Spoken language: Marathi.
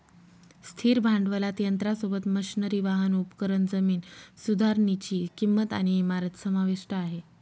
स्थिर भांडवलात यंत्रासोबत, मशनरी, वाहन, उपकरण, जमीन सुधारनीची किंमत आणि इमारत समाविष्ट आहे